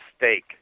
mistake